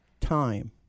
time